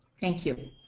thank you.